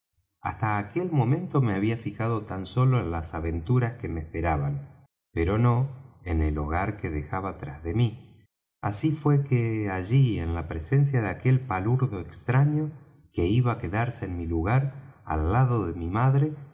hasta aquel momento me había fijado tan sólo en las aventuras que me esperaban pero no en el hogar que dejaba tras de mí así fué que allí en la presencia de aquel palurdo extraño que iba á quedarse en mi lugar al lado de mi madre